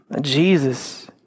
Jesus